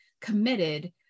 committed